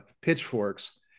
pitchforks